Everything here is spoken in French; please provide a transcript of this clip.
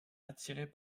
attiré